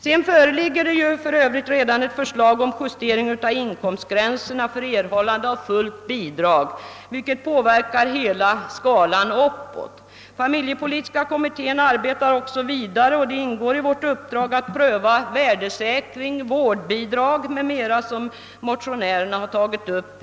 För Övrigt föreligger det redan ett förslag om justering av inkomstgränserna för erhållande av fullt bidrag, vilket påverkar hela skalan uppåt. Familjepolitiska kommittén arbetar vidare, och det ingår i vårt uppdrag att pröva de frågor om värdesäkring, vårdbidrag m.m. som motionärerna tagit upp.